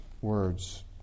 words